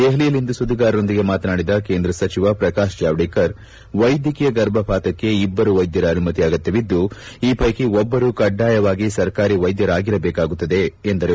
ದೆಹಲಿಯಲ್ಲಿಂದು ಸುದ್ದಿಗಾರರೊಂದಿಗೆ ಮಾತನಾಡಿದ ಕೇಂದ್ರ ಸಚಿವ ಪ್ರಕಾಶ್ ಜಾವಡೇಕರ್ ವೈದ್ಯಕೀಯ ಗರ್ಭಪಾತಕ್ಕೆ ಇಬ್ಬರು ವೈದ್ಯರ ಅನುಮತಿ ಅಗತ್ಯವಿದ್ದು ಈ ಪೈಕಿ ಒಬ್ಬರು ಕಡ್ಡಾಯವಾಗಿ ಸರ್ಕಾರಿ ವೈದ್ಯರಾಗಿರಬೇಕಾಗುತ್ತದೆ ಎಂದರು